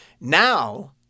Now –